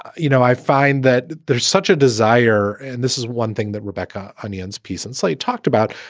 you know, i find that there's such a desire and this is one thing that rebecca onion's piece in slate talked about.